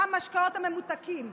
המשקאות הממותקים,